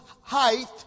height